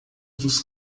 dos